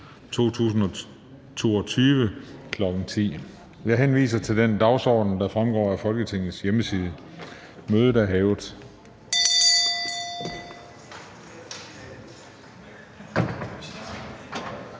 Jeg henviser til den dagsorden, der fremgår af Folketingets hjemmeside. Mødet er hævet.